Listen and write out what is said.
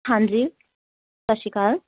ਹਾਂਜੀ ਸਤਿ ਸ਼੍ਰੀ ਅਕਾਲ